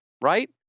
right